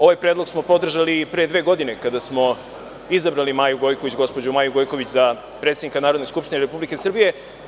Ovaj predlog smo podržali i pre dve godine kada smo izabrali gospođu Maju Gojković za predsednika Narodne skupštine Republike Srbije.